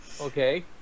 okay